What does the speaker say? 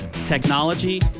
technology